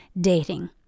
dating